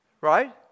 Right